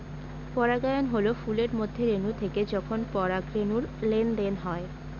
পরাগায়ন হল ফুলের মধ্যে রেনু থেকে যখন পরাগরেনুর লেনদেন হয়